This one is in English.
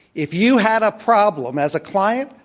if you had a problem as a client,